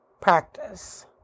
practice